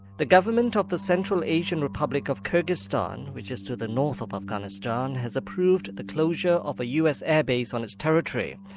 the government of the central asian republic of kyrgyzstan which is to the north of afghanistan, has approved the closure of a us air base on its territory.